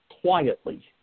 quietly